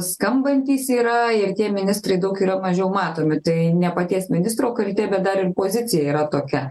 skambantys yra ir tie ministrai daug yra mažiau matomi tai ne paties ministro kaltė bet dar ir pozicija yra tokia